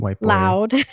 loud